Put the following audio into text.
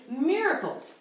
miracles